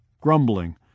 grumbling